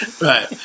Right